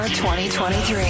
2023